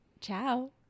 Ciao